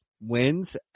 wins